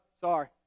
sorry